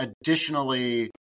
Additionally